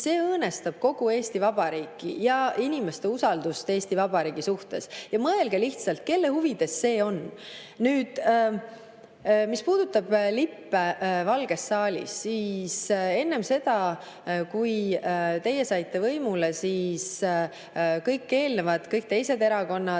See õõnestab kogu Eesti Vabariiki ja inimeste usaldust Eesti Vabariigi vastu. Ja mõelge lihtsalt, kelle huvides see on. Mis puudutab lippe Valges saalis, siis enne seda, kui teie saite võimule, kõik teised erakonnad